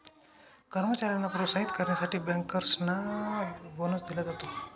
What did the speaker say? कर्मचाऱ्यांना प्रोत्साहित करण्यासाठी बँकर्सना बोनस दिला जातो